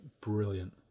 brilliant